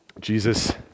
Jesus